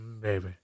Baby